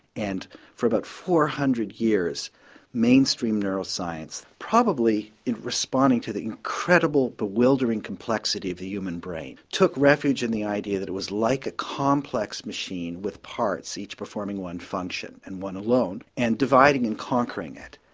and for about four hundred years mainstream neuroscience, probably in responding to the incredible bewildering complexity of the human brain, took refuge in the idea that it was like a complex machine with parts, each performing one function and one alone, and dividing and conquering it.